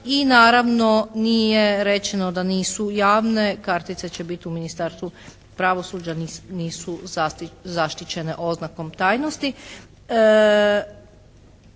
I naravno nije rečeno da nisu javne, kartice će biti u Ministarstvu pravosuđa, nisu zaštićene oznakom tajnosti.